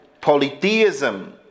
polytheism